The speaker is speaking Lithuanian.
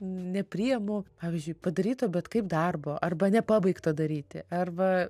nepriimu pavyzdžiui padaryto bet kaip darbo arba nepabaigto daryti arba